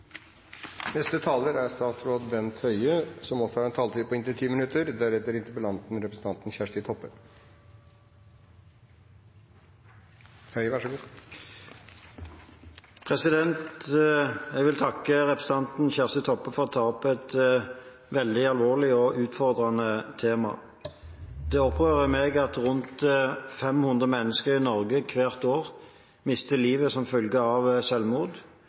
Jeg vil takke representanten Kjersti Toppe for å ta opp et veldig alvorlig og utfordrende tema. Det opprører meg at rundt 500 mennesker i Norge hvert år mister livet som følge av